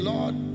Lord